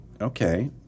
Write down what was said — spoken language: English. okay